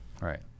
Right